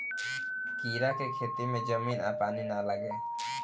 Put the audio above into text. कीड़ा के खेती में जमीन आ पानी ना लागे